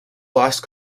lost